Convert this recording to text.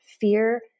fear